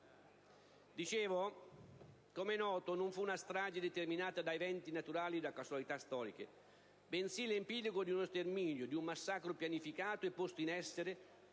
? Com'è noto, non fu una strage determinata da eventi naturali o da casualità storiche, bensì l'epilogo di uno sterminio, di un massacro pianificato e posto in essere